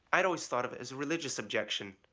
i'd always thought of it as a religious objection.